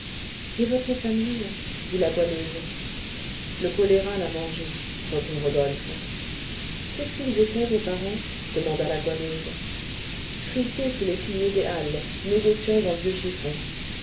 et votre famille dit la goualeuse le choléra l'a mangée reprit rodolphe qu'est-ce qu'ils étaient vos parents demanda la goualeuse fripiers sous les piliers des halles négociants en vieux chiffons